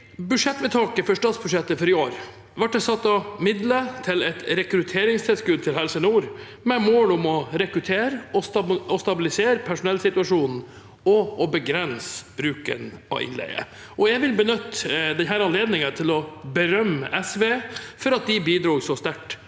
budsjettvedtaket for statsbudsjettet for i år ble det satt av midler til et rekrutteringstilskudd til Helse nord, med mål om å rekruttere, stabilisere personellsituasjonen og begrense bruken av innleie. Jeg vil benytte denne anledningen til å berømme SV for at de bidro så sterkt